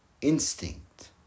instinct